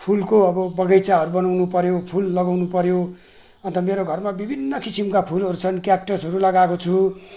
फुलको अब बगैँचाहरू बनाउनु पर्यो फुल लगाउनु पर्यो अन्त मेरो घरमा विभिन्न किसिमका फुलहरू छन् क्याक्टसहरू लगाएको छु